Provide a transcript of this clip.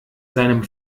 seinem